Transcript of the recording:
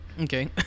okay